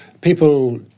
People